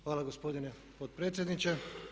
Hvala gospodine potpredsjedniče.